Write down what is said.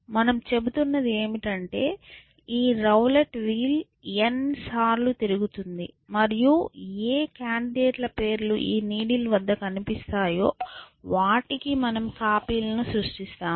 మనము చెబుతున్నది ఏమిటంటే ఈ రౌలెట్ వీల్ n సార్లు తిరుగుతుంది మరియు ఏ కాండిడేట్ ల పేర్లు ఈ నీడిల్ వద్ద కనిపిస్తాయో వాటికి మనం కాపీలను సృష్టిస్తాము